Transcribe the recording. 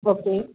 okay